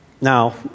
Now